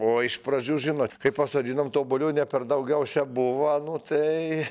o iš pradžių žinot kai pasodinom tų obuolių ne per daugiausia buvo nu tai